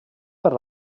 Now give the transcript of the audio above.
per